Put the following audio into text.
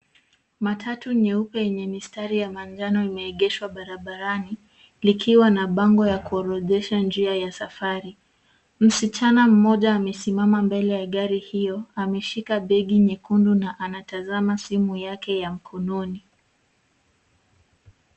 Matatu nyeupe yenye mistari ya manjano imeegeshwa barabarani likiwa na bango ya kuorodhesha njia ya safari. Msichana mmoja amesimama mbele ya gari hio. Ameshika begi nyekundu na anatazama simu yake ya mkononi.